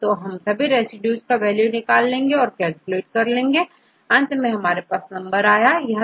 तो यदि आप सभी रेसिड्यूज के लिए वैल्यू निकालें और कैलकुलेट करें और अंत में आपके पास 8129 नंबर आएगा